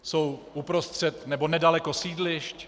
Jsou uprostřed nebo nedaleko sídlišť.